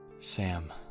Sam